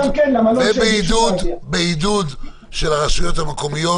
--- ובעידוד של הרשויות המקומיות,